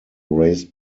raised